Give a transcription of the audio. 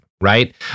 Right